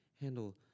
handle